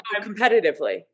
competitively